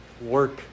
work